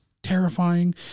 terrifying